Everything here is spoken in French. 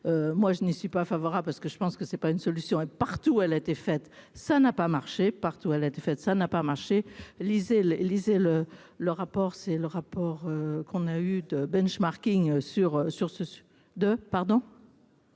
moi je n'y suis pas favorable parce que je pense que c'est pas une solution est partout, elle a été faite, ça n'a pas marché partout à la défaite, ça n'a pas marché, lisez, lisez le le rapport, c'est le rapport qu'on a eu de benchmarking sur sur ce de pardon.